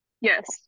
Yes